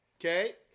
Okay